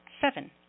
seven